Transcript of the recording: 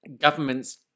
governments